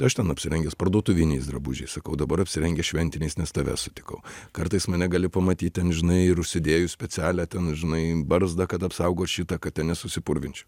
aš ten apsirengęs parduotuviniais drabužiais sakau dabar apsirengęs šventiniais nes tave sutikau kartais mane gali pamatyt ten žinai ir užsidėjus specialią ten žinai barzdą kad apsaugot šitą kad ten nesusipurvinčiau